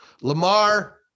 Lamar